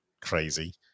crazy